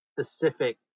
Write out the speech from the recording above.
Specific